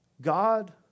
God